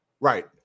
right